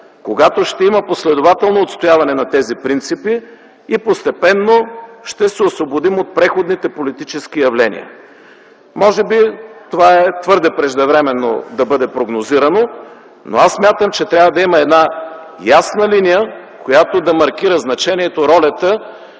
когато ще има последователно отстояване на тези принципи и постепенно ще се освободим от преходните политически явления. Може би, това е твърде преждевременно да бъде прогнозирано, но смятам, че трябва да има една ясна линия, която да маркира значението, ролята